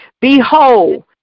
behold